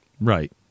Right